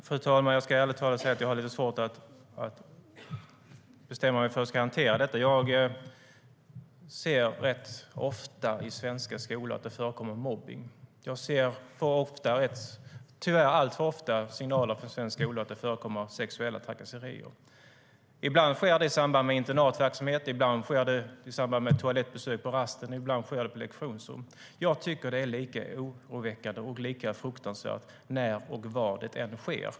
Fru talman! Jag ska ärligt talat säga att jag har lite svårt att bestämma mig för hur jag ska hantera detta. Jag ser rätt ofta i svenska skolor att det förekommer mobbning. Jag ser tyvärr alltför ofta signaler i svenska skolor att det förekommer sexuella trakasserier. Ibland sker det i samband med internatverksamhet, ibland sker det i samband med toalettbesök på rasten och ibland sker det i lektionsrum. Jag tycker att det är lika oroväckande och lika fruktansvärt när och var det än sker.